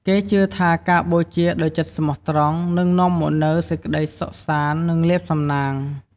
គេជឿថាការបូជាដោយចិត្តស្មោះត្រង់ នឹងនាំមកនូវ សេចក្តីសុខសាន្ត និងលាភសំណាង។